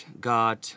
God